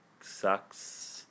sucks